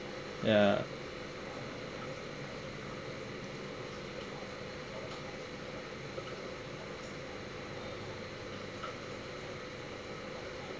ya